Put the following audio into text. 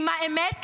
עם האמת,